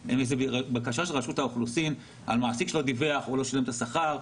אלא בקשה של רשות האוכלוסין על מעסיק שלא דיווח או לא שילם את השכר,